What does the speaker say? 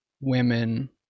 women